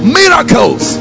miracles